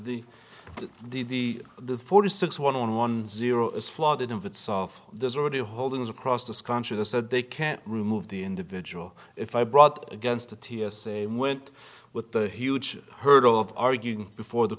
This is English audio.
the the the forty six one one one zero is flooded in of itself there's already holdings across this country they said they can't remove the individual if i brought against the t s a and went with the huge hurdle of arguing before the